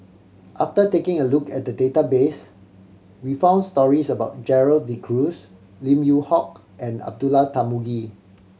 after taking a look at the database we found stories about Gerald De Cruz Lim Yew Hock and Abdullah Tarmugi